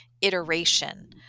iteration